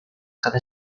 cada